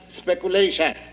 speculation